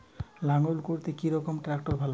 লাঙ্গল করতে কি রকম ট্রাকটার ভালো?